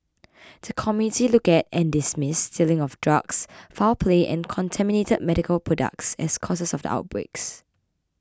the committee looked at and dismissed stealing of drugs foul play and contaminated medical products as causes of the outbreaks